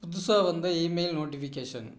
புதுசாக வந்த email notification